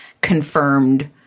confirmed